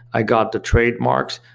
i got the trademarks,